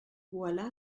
voilà